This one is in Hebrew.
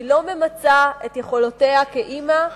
שהיא לא ממצה את יכולותיה כאמא,